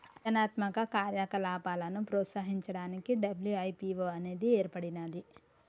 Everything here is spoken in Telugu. సృజనాత్మక కార్యకలాపాలను ప్రోత్సహించడానికి డబ్ల్యూ.ఐ.పీ.వో అనేది ఏర్పడినాది